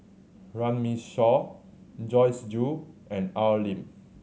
Runme Shaw Joyce Jue and Al Lim